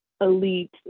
elite